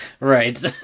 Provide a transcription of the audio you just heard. Right